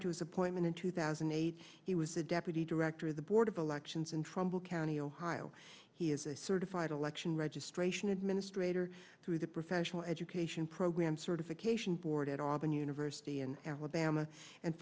to his appointment in two thousand and eight he was the deputy director of the board of elections and from the county ohio he is a certified election registration administrator through the professional education program certification board at all been university in alabama and